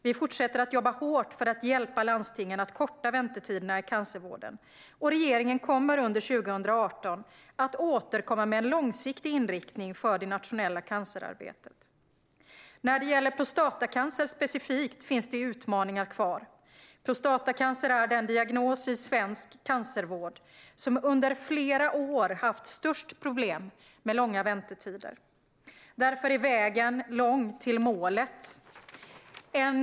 Vi fortsätter att jobba hårt för att hjälpa landstingen att korta väntetiderna i cancervården, och regeringen kommer under 2018 att återkomma med en långsiktig inriktning för det nationella cancerarbetet. När det gäller prostatacancer specifikt finns det utmaningar kvar. Prostatacancer är den diagnos i svensk cancervård som under flera år haft störst problem med långa väntetider. Därför är vägen till målet lång.